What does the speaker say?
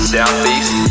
Southeast